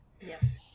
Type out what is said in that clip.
yes